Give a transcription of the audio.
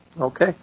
Okay